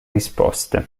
risposte